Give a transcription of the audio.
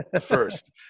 first